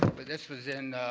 but this was in